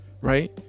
right